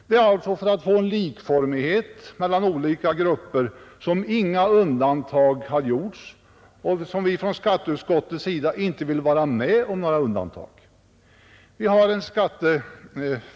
Det är alltså för att få en likformighet mellan skilda grupper som inga undantag har gjorts och som vi från skatteutskottets sida inte vill vara med om några undantag.